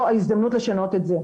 זו ההזדמנות לשנות את זה.